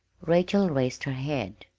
rachel raised her head.